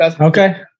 okay